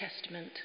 Testament